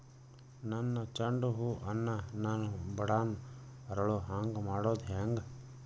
ನನ್ನ ಚಂಡ ಹೂ ಅನ್ನ ನಾನು ಬಡಾನ್ ಅರಳು ಹಾಂಗ ಮಾಡೋದು ಹ್ಯಾಂಗ್?